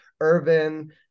urban